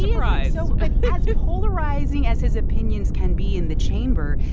surprised so but as polarizing as his opinions can be in the chamber,